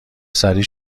سریع